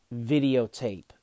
videotape